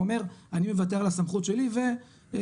אומר 'אני מוותר על הסמכות שלי ומעביר